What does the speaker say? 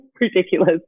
ridiculous